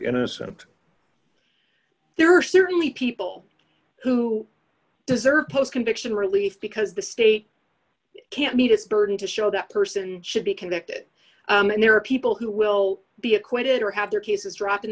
innocent there are certainly people who deserve post conviction relief because the state can't meet its burden to show that person should be convicted and there are people who will be acquitted or have their cases drop